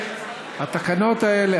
את התקנות האלה,